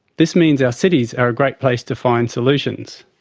this means our cities are a great place to find solutions.